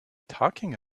talking